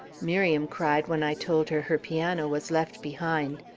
miriam cried when i told her her piano was left behind.